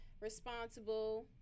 responsible